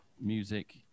music